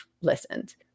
listened